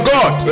God